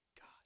God